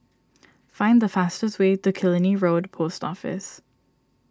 find the fastest way to Killiney Road Post Office